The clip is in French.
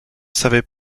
savais